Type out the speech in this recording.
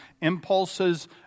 impulses